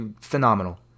phenomenal